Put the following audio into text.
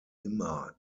immer